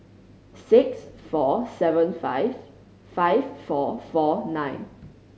six four seven five five four four nine